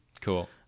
Cool